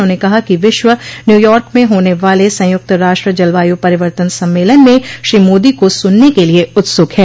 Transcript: उन्होंने कहा कि विश्व न्यूयॉर्क में होने वाले संयुक्त राष्ट्र जलवायु परिवर्तन सम्मेलन में श्री मोदी को सुनने के लिए उत्सुक हैं